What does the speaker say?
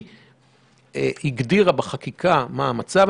היא הגדירה בחקיקה מה המצב.